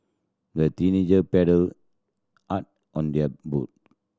the teenager paddled hard on their boat